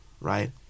right